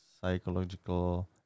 psychological